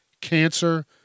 Cancer